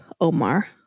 Omar